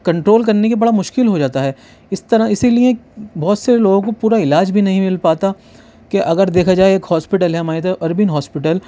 control کرنے کی بڑا مشکل ہو جاتا ہے اس طرح اسی لیے بہت سے لوگوں کو پورا علاج بھی نہیں مل پاتا کہ اگر دیکھا جائے ایک ہاسپٹل ہے ہماری طرف اربن ہاسپٹل